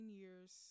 years